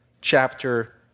chapter